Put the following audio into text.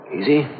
Easy